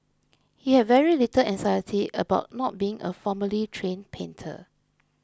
he had very little anxiety about not being a formally trained painter